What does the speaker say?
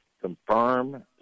confirm